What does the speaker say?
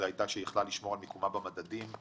יכלה לשמור על מיקומה במדדים.